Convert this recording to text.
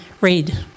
read